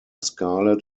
scarlet